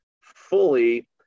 fully